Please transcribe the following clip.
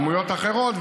דמויות אחרות,